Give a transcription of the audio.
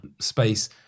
space